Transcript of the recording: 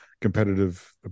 competitive